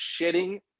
shitting